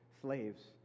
slaves